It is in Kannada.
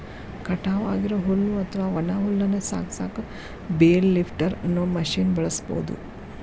ಕಟಾವ್ ಆಗಿರೋ ಹುಲ್ಲು ಅತ್ವಾ ಒಣ ಹುಲ್ಲನ್ನ ಸಾಗಸಾಕ ಬೇಲ್ ಲಿಫ್ಟರ್ ಅನ್ನೋ ಮಷೇನ್ ಬಳಸ್ಬಹುದು